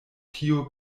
tio